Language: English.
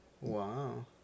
Wow